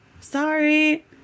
Sorry